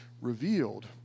revealed